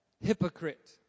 hypocrite